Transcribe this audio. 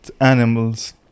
animals